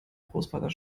großvater